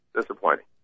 Disappointing